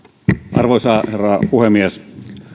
arvoisa herra puhemies